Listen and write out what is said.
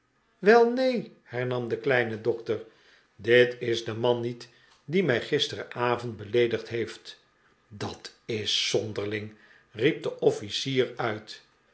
wel neen hernam de kleine dokter dit is de man niet die mij gisteravond beleedigd heeft dat is zonderling riep de officier uit